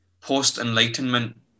post-enlightenment